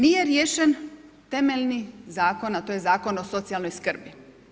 Nije riješen temeljni zakon, a to je Zakon o socijalnoj skrbi.